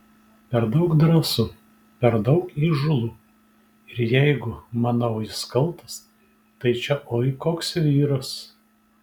per daug drąsu per daug įžūlu ir jeigu manau jis kaltas tai čia oi koks vyras